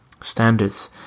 standards